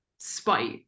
spite